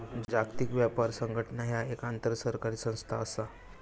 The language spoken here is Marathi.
जागतिक व्यापार संघटना ह्या एक आंतरसरकारी संस्था असा